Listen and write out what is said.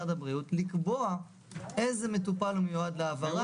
לקבוע איזה מטופל הוא מיועד להעברה ואיזה לא.